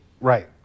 Right